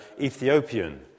Ethiopian